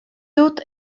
dut